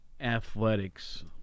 athletics